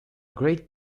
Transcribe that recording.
great